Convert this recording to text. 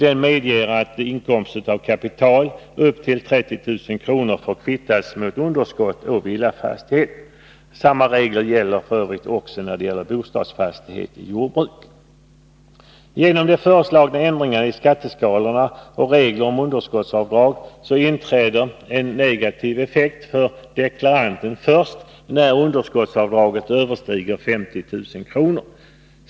Denna medger att inkomst av kapital upp till 30 000 kr. får kvittas mot underskott å villafastighet. Samma sak gäller också bostadsfastighet i jordbruk. Genom de föreslagna ändringarna i skatteskalorna och regler om underskottsavdrag inträder en negativ effekt för deklaranten först när underskottsavdraget överstiger 54 000 kronor.